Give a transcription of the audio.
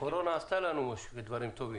הקורונה עשתה לנו גם דברים טובים.